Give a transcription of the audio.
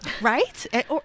right